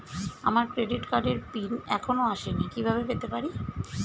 আমার ক্রেডিট কার্ডের পিন এখনো আসেনি কিভাবে পেতে পারি?